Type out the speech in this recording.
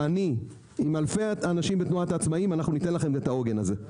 ואני עם אלפי האנשים בתנועת העצמאים ניתן לכם את העוגן הזה.